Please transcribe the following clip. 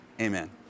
amen